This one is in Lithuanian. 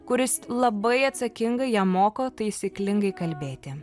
kuris labai atsakingai ją moko taisyklingai kalbėti